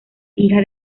hija